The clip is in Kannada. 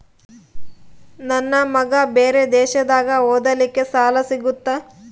ನನ್ನ ಮಗ ಬೇರೆ ದೇಶದಾಗ ಓದಲಿಕ್ಕೆ ಸಾಲ ಸಿಗುತ್ತಾ?